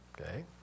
Okay